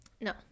No